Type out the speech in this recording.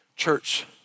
Church